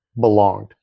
belonged